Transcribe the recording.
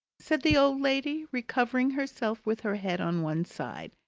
said the old lady, recovering herself with her head on one side,